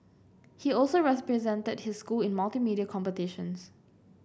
he also represented his school in multimedia competitions